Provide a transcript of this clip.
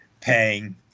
paying